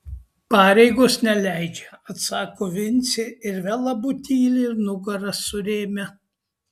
pareigos neleidžia atsako vincė ir vėl abu tyli nugaras surėmę